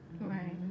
Right